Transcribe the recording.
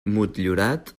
motllurat